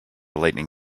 lightning